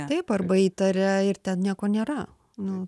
taip arba įtaria ir ten nieko nėra nu